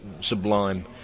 sublime